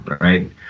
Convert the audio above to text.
Right